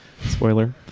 Spoiler